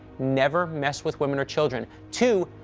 never mess with women or children two,